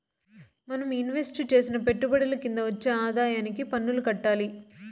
మనం ఇన్వెస్టు చేసిన పెట్టుబడుల కింద వచ్చే ఆదాయానికి పన్నులు కట్టాలి